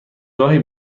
گاهی